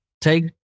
take